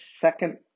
second